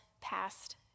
past